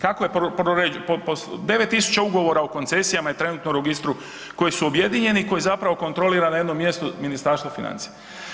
Kako je ... 9 tisuća ugovora o koncesijama je trenutno u registru koji su objedinjeni, koji zapravo kontrolira na jednom mjestu Ministarstvo financija.